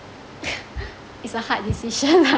it's a hard decision lah